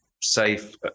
safe